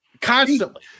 Constantly